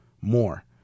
more